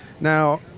Now